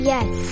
Yes